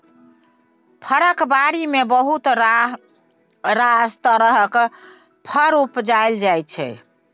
फरक बारी मे बहुत रास तरहक फर उपजाएल जाइ छै